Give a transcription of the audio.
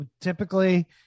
Typically